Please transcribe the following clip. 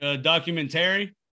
Documentary